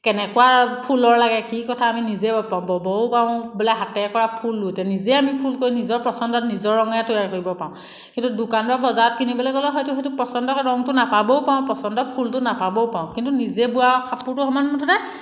কেনেকুৱা ফুলৰ লাগে কি কথা আমি নিজেও ব'ব পাৰোঁ বোলে হাতে কৰা ফুলও এতিয়া নিজেই আমি ফুল কৰি নিজৰ পচন্দত নিজৰ ৰঙে তৈয়াৰ কৰিব পাৰোঁ কিন্তু দোকান বা বজাৰত কিনিবলৈ গ'লে হয়টো সেইটো পচন্দৰ ৰঙটো নাপাবও পাৰোঁ পচন্দত ফুলটো নাপাবও পাৰোঁ কিন্তু নিজে বোৱা কাপোৰটো সমান মুঠতে